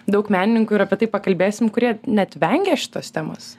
daug menininkų ir apie tai pakalbėsim kurie net vengia šitos temos